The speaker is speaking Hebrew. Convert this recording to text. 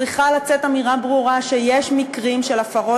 צריכה לצאת אמירה ברורה שיש מקרים של הפרות